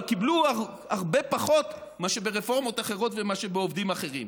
אבל קיבלו הרבה פחות מאשר ברפורמות אחרות וממה שאצל עובדים אחרים.